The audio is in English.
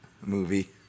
movie